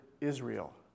Israel